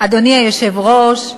אדוני היושב-ראש,